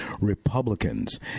Republicans